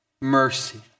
mercy